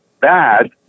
bad